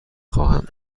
خواهم